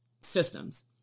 systems